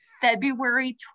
February